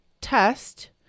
test